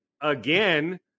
again